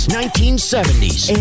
1970s